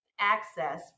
access